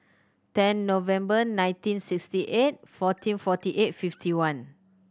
ten November nineteen sixty eight fourteen forty eight fifty one